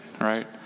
right